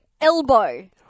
elbow